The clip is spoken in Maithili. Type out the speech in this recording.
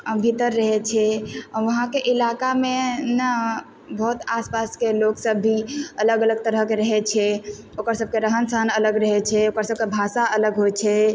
रहै छै आओर वहाँके इलाकामे ने बहुत आस पासके लोक सब भी अलग अलग तरहके रहै छै ओकर सबके रहन सहन अलग रहै छै ओकर सबके भाषा अलग होइ छै